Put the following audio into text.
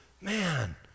man